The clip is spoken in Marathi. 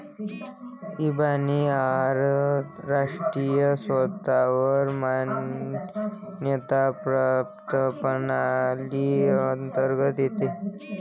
इबानी आंतरराष्ट्रीय स्तरावर मान्यता प्राप्त प्रणाली अंतर्गत येते